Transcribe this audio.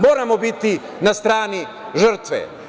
Moramo biti na strani žrtve.